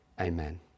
Amen